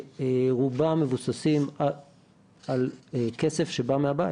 רובם מבוססים על כסף שבא מהבית.